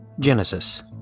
Genesis